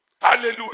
Hallelujah